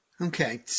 Okay